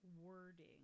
wording